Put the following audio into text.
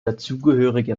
dazugehörige